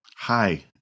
Hi